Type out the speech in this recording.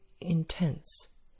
intense